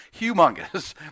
humongous